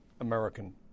American